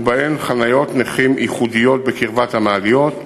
ובהן חניות נכים ייחודיות בקרבת המעליות,